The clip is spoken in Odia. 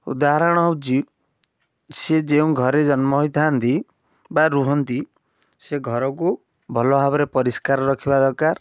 ଉଦାହରଣ ହେଉଛି ସିଏ ଯେଉଁ ଘରେ ଜନ୍ମ ହେଇଥାନ୍ତି ବା ରୁହନ୍ତି ସେ ଘରକୁ ଭଲ ଭାବରେ ପରିଷ୍କାର ରଖିବା ଦରକାର